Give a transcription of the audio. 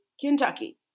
Kentucky